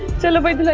celebrate